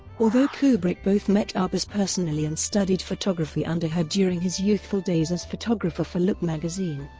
although kubrick both met arbus personally and studied photography under her during his youthful days as photographer for look magazine,